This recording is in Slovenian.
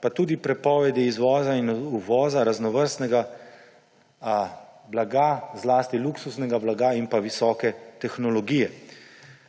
pa tudi prepovedi izvoza in uvoza raznovrstnega blaga, zlasti luksuznega blaga in visoke tehnologije.